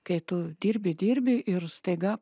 kai tu dirbi dirbi ir staiga